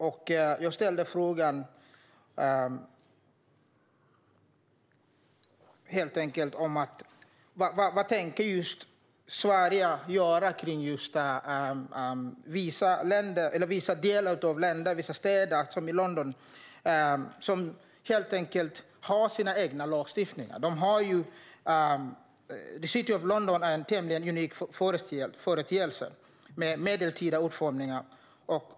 Vad tänker Sverige göra åt att vissa delar av länder och vissa städer, som London, har sina egna lagstiftningar? The City of London är en tämligen unik företeelse med medeltida utformning.